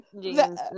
Jeans